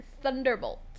Thunderbolt